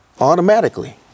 Automatically